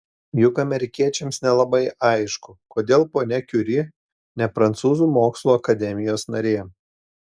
juk amerikiečiams nelabai aišku kodėl ponia kiuri ne prancūzų mokslų akademijos narė